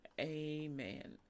amen